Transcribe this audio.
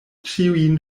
ĉiujn